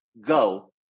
go